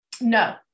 No